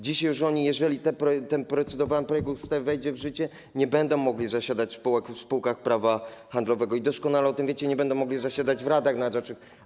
Dziś oni, jeżeli ten procedowany projekt ustawy wejdzie w życie, nie będą już mogli zasiadać w spółkach prawa handlowego i doskonale o tym wiecie, nie będą mogli zasiadać w radach nadzorczych.